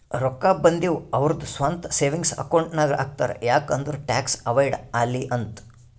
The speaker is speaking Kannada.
ರೊಕ್ಕಾ ಬಂದಿವ್ ಅವ್ರದು ಸ್ವಂತ ಸೇವಿಂಗ್ಸ್ ಅಕೌಂಟ್ ನಾಗ್ ಹಾಕ್ತಾರ್ ಯಾಕ್ ಅಂದುರ್ ಟ್ಯಾಕ್ಸ್ ಅವೈಡ್ ಆಲಿ ಅಂತ್